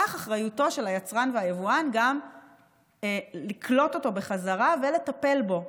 כך אחריותו של היצרן והיבואן גם לקלוט אותו בחזרה ולטפל בו,